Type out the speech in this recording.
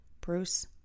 Bruce